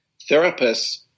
therapists